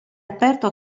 aperto